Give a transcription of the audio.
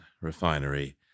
refinery